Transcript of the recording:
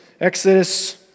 Exodus